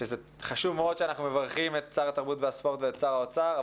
שזה חשוב מאוד שאנחנו מברכים את שר התרבות והספורט ואת שר האוצר,